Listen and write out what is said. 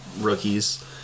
rookies